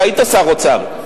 אתה היית שר אוצר,